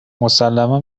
مسلما